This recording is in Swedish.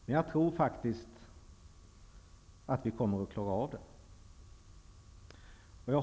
Men jag tror faktiskt att vi kommer att klara av den.